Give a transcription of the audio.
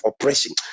oppression